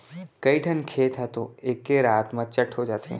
कइठन खेत ह तो एके रात म चट हो जाथे